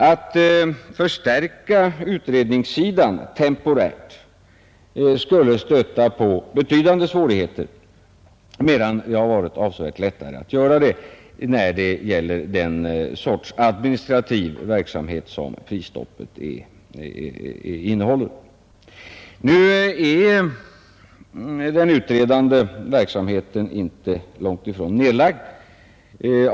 Att förstärka utredningssidan temporärt skulle stöta på betydande svårigheter, medan det har varit avsevärt lättare att göra det när det gäller den sorts administrativ verksamhet som prisstoppet innehåller. Nr 59 Nu är den utredande verksamheten långtifrån nedlagd.